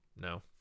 No